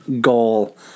goal